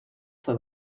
fue